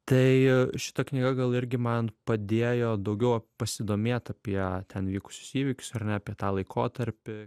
tai šita knyga gal irgi man padėjo daugiau pasidomėt apie ten vykusius įvykius ar ne apie tą laikotarpį